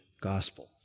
gospel